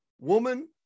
woman